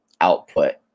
output